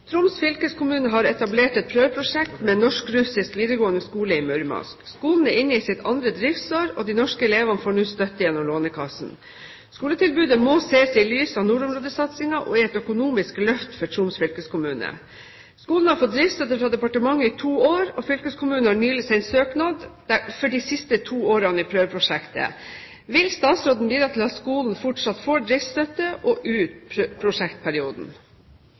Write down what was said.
fylkeskommune har etablert et prøveprosjekt med norsk-russisk videregående skole i Murmansk. Skolen er inne i sitt andre driftsår, og de norske elevene får nå støtte gjennom Lånekassen. Skoletilbudet må sees i lys av nordområdesatsingen og er et økonomisk løft for Troms fylkeskommune. Skolen har fått driftsstøtte fra departementet i to år, og fylkeskommunen har nylig sendt søknad for de siste to årene i prøveprosjektet. Vil statsråden bidra til at skolen fortsatt får driftsstøtte ut prosjektperioden?»